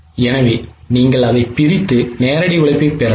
எனவே நீங்கள் அதைப் பிரித்து நேரடி உழைப்பைப் பெறலாம்